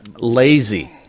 lazy